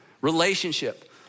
Relationship